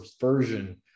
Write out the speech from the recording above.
version